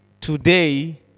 today